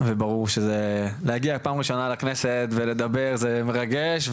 ברור שלהגיע פעם ראשונה לכנסת ולדבר זה מרגש,